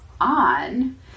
on